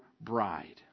bride